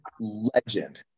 legend